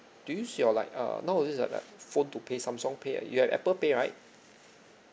do you use your like uh nowadays like like phone to pay Samsung pay uh you have apple pay right